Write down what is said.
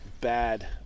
bad